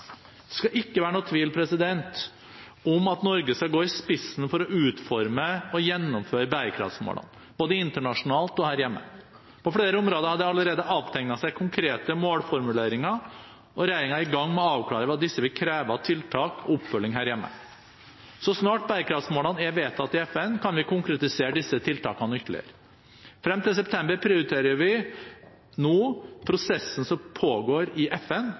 skal ikke være noen tvil om at Norge skal gå i spissen for å utforme og gjennomføre bærekraftmålene, både internasjonalt og her hjemme. På flere områder har det allerede avtegnet seg konkrete målformuleringer, og regjeringen er i gang med å avklare hva disse vil kreve av tiltak og oppfølging her hjemme. Så snart bærekraftmålene er vedtatt i FN, kan vi konkretisere disse tiltakene ytterligere. Frem til september prioriterer vi prosessen som pågår i FN.